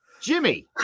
Jimmy